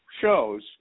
shows